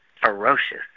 ferocious